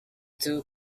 two